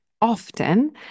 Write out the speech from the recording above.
often